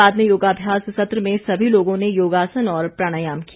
बाद में योगाभ्यास सत्र में सभी लोगों ने योगासन और प्राणायाम किया